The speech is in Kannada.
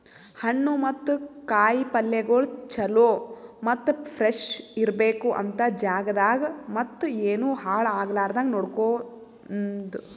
ಹಣ್ಣು ಮತ್ತ ಕಾಯಿ ಪಲ್ಯಗೊಳ್ ಚಲೋ ಮತ್ತ ಫ್ರೆಶ್ ಇರ್ಬೇಕು ಅಂತ್ ಜಾಗದಾಗ್ ಮತ್ತ ಏನು ಹಾಳ್ ಆಗಲಾರದಂಗ ನೋಡ್ಕೋಮದ್